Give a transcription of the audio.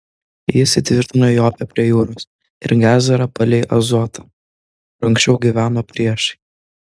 jis įtvirtino jopę prie jūros ir gezerą palei azotą kur anksčiau gyveno priešai